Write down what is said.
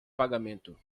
pagamento